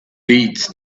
leads